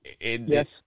Yes